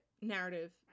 narrative